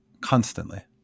constantly